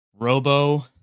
Robo